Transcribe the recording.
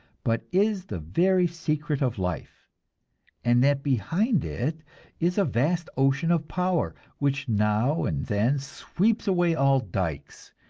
but is the very secret of life and that behind it is a vast ocean of power, which now and then sweeps away all dykes,